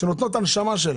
שנותנות את הנשמה שלהן.